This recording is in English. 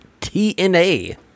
TNA